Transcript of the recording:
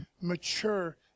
mature